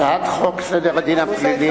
הצעת חוק סדר הדין הפלילי